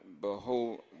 behold